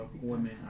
women